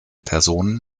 personen